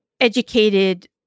educated